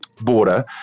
border